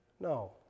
No